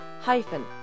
hyphen